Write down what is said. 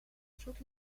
zoek